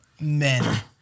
men